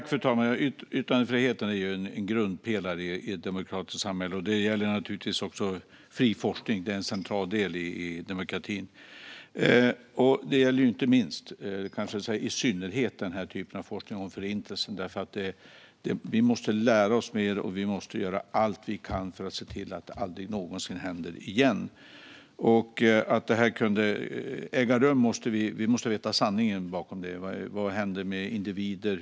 Fru talman! Yttrandefriheten är en grundpelare i ett demokratiskt samhälle. Det gäller naturligtvis också fri forskning, som är en central del i demokratin, och kanske i synnerhet den här typen av forskning, som handlar om Förintelsen. Vi måste nämligen lära oss mer. Vi måste göra allt vi kan för att se till att det aldrig någonsin händer igen. Vi måste veta sanningen bakom att det här kunde äga rum. Vad hände med individer?